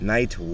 Night